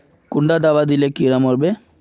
कुंडा दाबा दिले कीड़ा मोर बे?